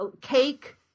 Cake